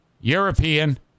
European